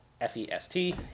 F-E-S-T